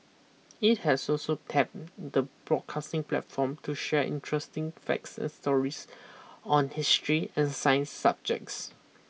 it has so so tapped the broadcasting platform to share interesting facts and stories on history and science subjects